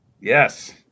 Yes